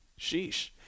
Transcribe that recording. Sheesh